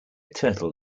turtle